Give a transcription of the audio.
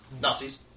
Nazis